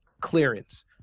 clearance